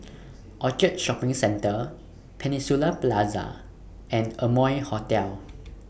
Orchard Shopping Centre Peninsula Plaza and Amoy Hotel